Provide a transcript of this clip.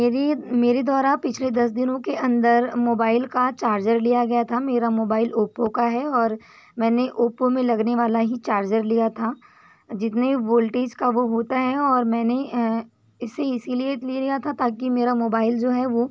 मेरी मेरे द्वारा पिछले दस दिनों के अंदर मोबाइल का चार्जर लिया गया था मेरा मोबाइल ओप्पो का है और मैंने ओप्पो में लगने वाला ही चार्जर लिया था जितने वोल्टेज का वो होता है और मैंने इसे इसीलिए ले लिया था ताकि मेरा मोबाइल जो है वो